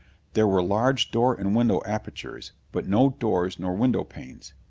there were large door and window apertures, but no doors nor window panes.